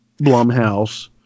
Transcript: Blumhouse